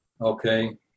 okay